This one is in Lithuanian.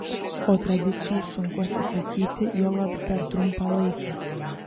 o tradicijų sunku atsisakyti juolab per trumpą laiką